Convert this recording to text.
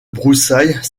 broussailles